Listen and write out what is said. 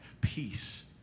peace